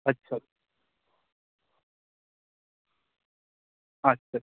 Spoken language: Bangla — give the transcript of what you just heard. আচ্ছা আচ্ছা